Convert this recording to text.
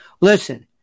listen